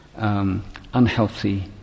Unhealthy